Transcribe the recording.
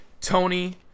Tony